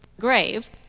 grave